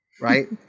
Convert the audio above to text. Right